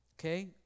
okay